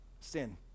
Sin